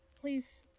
please